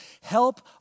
Help